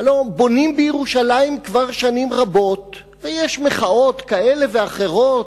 הלוא בונים בירושלים כבר שנים רבות ויש מחאות כאלה ואחרות,